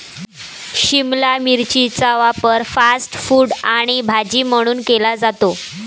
शिमला मिरचीचा वापर fast food आणि भाजी म्हणून केला जातो